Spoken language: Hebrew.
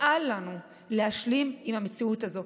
אל לנו להשלים עם המציאות הזאת,